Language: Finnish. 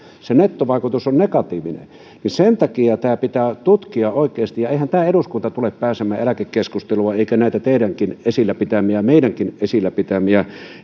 sen nettovaikutus on negatiivinen sen takia tämä pitää tutkia oikeasti eihän tämä eduskunta tule pääsemään eläkekeskustelua eikä näitä teidänkin esillä pitämiänne ja meidänkin esillä pitämiämme